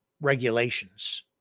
regulations